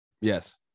yes